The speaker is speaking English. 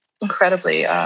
incredibly